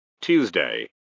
Tuesday